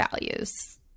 values